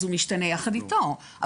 אז הוא משתנה יחד איתו,